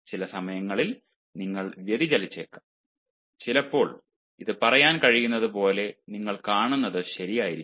ചില സമയങ്ങളിൽ നിങ്ങൾ വ്യതിചലിച്ചേക്കാം ചിലപ്പോൾ ഇത് പറയാൻ കഴിയുന്നതുപോലെ നിങ്ങൾ കാണുന്നത് ശരിയായിരിക്കില്ല